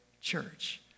church